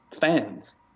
fans